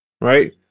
Right